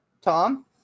Tom